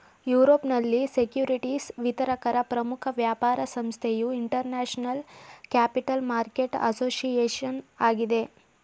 ಯುರೋಪ್ನಲ್ಲಿ ಸೆಕ್ಯೂರಿಟಿಸ್ ವಿತರಕರ ಪ್ರಮುಖ ವ್ಯಾಪಾರ ಸಂಸ್ಥೆಯು ಇಂಟರ್ನ್ಯಾಷನಲ್ ಕ್ಯಾಪಿಟಲ್ ಮಾರ್ಕೆಟ್ ಅಸೋಸಿಯೇಷನ್ ಆಗಿದೆ